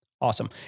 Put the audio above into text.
Awesome